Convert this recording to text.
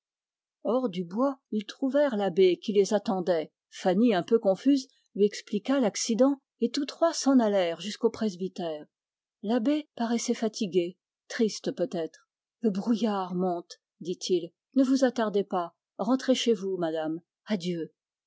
hors du bois ils trouvèrent l'abbé qui les attendait tous trois s'en allèrent jusqu'au presbytère vitalis paraissait triste et fatigué le brouillard monte dit-il ne vous attardez pas rentrez chez vous madame adieu